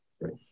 Right